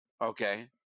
okay